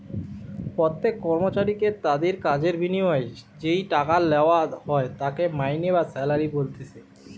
প্রত্যেক কর্মচারীকে তাদির কাজের বিনিময়ে যেই টাকা লেওয়া হয় তাকে মাইনে বা স্যালারি বলতিছে